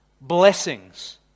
blessings